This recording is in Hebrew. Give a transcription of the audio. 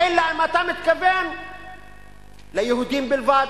אלא אם אתה מתכוון ליהודים בלבד.